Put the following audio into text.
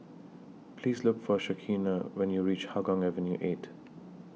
Please Look For Shaneka when YOU REACH Hougang Avenue eight